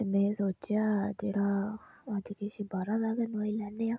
में सोचेआ जेह्ड़ा होंदा किश बाह्रा दा गै मंगोआई लेन्ने आं